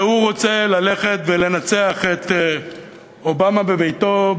והוא רוצה ללכת ולנצח את אובמה בביתו,